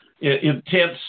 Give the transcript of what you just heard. intense